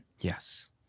Yes